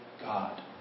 God